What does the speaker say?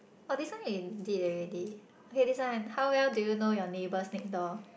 oh this one we did already okay this one how well do you know your neighbours next door